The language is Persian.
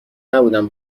نبودم